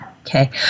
Okay